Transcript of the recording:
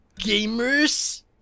Gamers